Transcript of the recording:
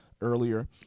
earlier